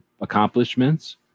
accomplishments